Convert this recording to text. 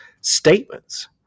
statements